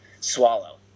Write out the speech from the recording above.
swallow